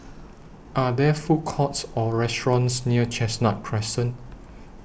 Are There Food Courts Or restaurants near Chestnut Crescent